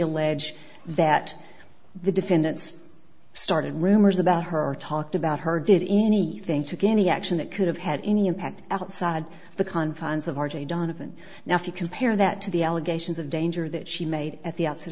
allege that the defendants started rumors about her talked about her did anything to get any action that could have had any impact outside the confines of r j donovan now if you compare that to the allegations of danger that she made at the outset